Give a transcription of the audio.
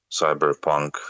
cyberpunk